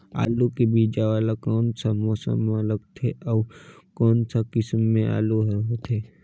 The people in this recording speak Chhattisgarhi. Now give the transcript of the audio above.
आलू के बीजा वाला कोन सा मौसम म लगथे अउ कोन सा किसम के आलू हर होथे?